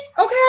okay